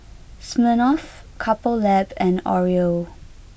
Smirnoff Couple Lab and Oreo